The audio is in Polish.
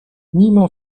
mimo